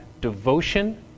devotion